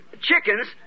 chickens